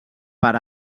per